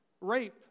Rape